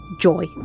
joy